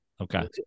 Okay